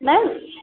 ma'am